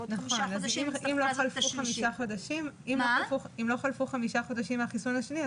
אם לא חלפו חמישה חודשים מהחיסון השני,